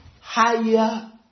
higher